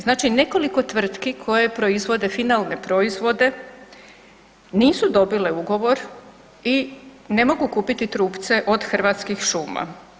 Znači nekoliko tvrtki koje proizvode finalne proizvode nisu dobile ugovor i ne mogu kupiti trupce od Hrvatskih šuma.